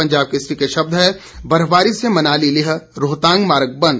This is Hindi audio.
पंजाब केसरी के शब्द हैं बर्फबारी से मनाली लेह रोहतांग मार्ग बंद